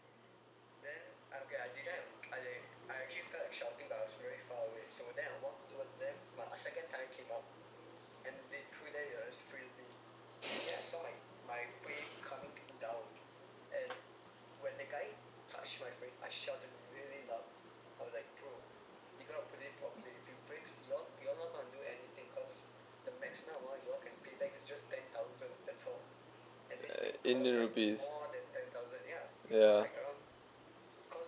indian rupees yeah